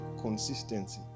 consistency